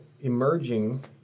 emerging